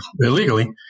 illegally